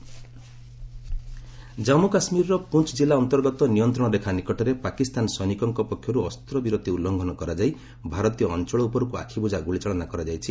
JK ceasefire Jammu କାଶ୍ମୀରର ପୁଞ୍ ଜିଲ୍ଲା ଅନ୍ତର୍ଗତ ନିୟନ୍ତ୍ରଣ ରେଖା ନିକଟରେ ପାକିସ୍ତାନ ସୈନିକଙ୍କ ପକ୍ଷରୁ ଅସ୍ତ୍ରବିରତି ଉଲ୍ଲ୍ଘନ କରାଯାଇ ଭାରତୀୟ ଅଞ୍ଚଳ ଉପରକୁ ଆଖିବୁଜା ଗୁଳିଚାଳନା କରାଯାଇଛି